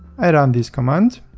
i run this command.